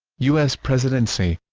us presidency